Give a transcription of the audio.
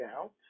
out